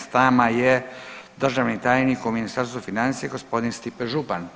S nama je državni tajnik u Ministarstvu financija gospodin Stipe Župan.